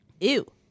Ew